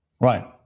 Right